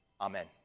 Amen